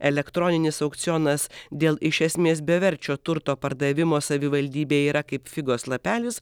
elektroninis aukcionas dėl iš esmės beverčio turto pardavimo savivaldybei yra kaip figos lapelis